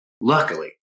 luckily